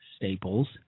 Staples